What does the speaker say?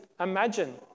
imagine